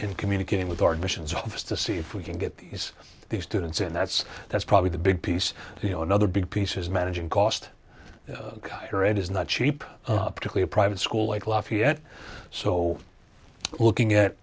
in communicating with our admissions office to see if we can get these these students and that's that's probably the big piece you know another big piece is managing cost is not cheap optically a private school like lafayette so looking at